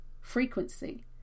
frequency